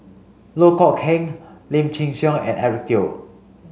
Loh Kok Heng Lim Chin Siong and Eric Teo